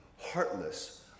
heartless